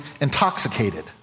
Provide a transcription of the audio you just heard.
intoxicated